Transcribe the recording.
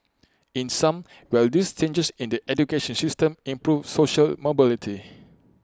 in sum will these changes in the education system improve social mobility